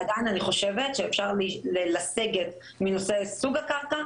אולי באמת אפשרות לגריסה של אבקה.